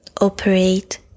operate